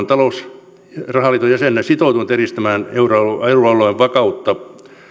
talous ja rahaliiton jäsenenä sitoutunut edistämään euroalueen vakautta